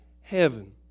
heaven